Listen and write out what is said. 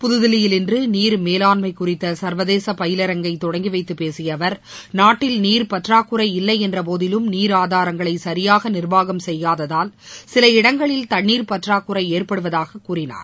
புதுதில்லியில் இன்று நீர் மேலாண்மை குறித்த சர்வதேச பயிலரங்கை தொடங்கி வைத்து பேசிய அவர் நாட்டில் நீர் பற்றாக்குறை இல்லை என்ற போதிலும் நீர் ஆதாரங்களை சரியாக நிர்வாகம் செய்யாததால் சில இடங்களில் தண்ணீர் பற்றாக்குறை ஏற்படுவதாகவும் கூறினார்